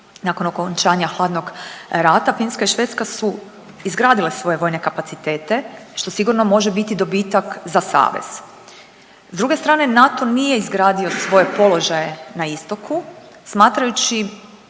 nakon okončanja hladnog rata Finska i Švedska su izgradile svoje vojne kapacitete što sigurno može biti dobitak za savez. S druge strane NATO nije izgradio svoje položaje na istoku smatrajući